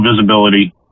visibility